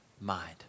mind